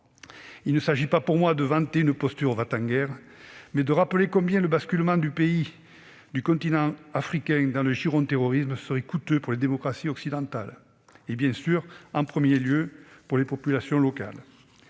Il s'agit pour moi non pas de vanter une posture « va-t-en-guerre », mais de rappeler combien le basculement de pays du continent africain dans le giron terroriste serait coûteux pour les démocraties occidentales, en premier lieu bien sûr pour les populations locales.